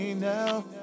Now